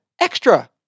extra